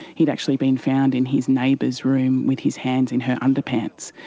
he'd actually been found in his neighbour's room with his hands in her underpants,